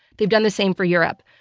they've done the same for europe.